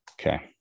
okay